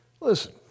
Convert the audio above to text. Listen